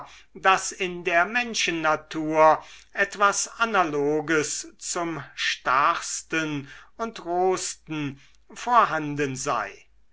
daß in der menschennatur etwas analoges zum starrsten und rohsten vorhanden sei